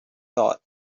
thought